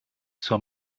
zur